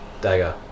dagger